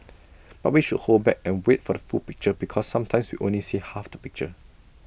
but we should hold back and wait for the full picture because sometimes we only see half the picture